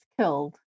killed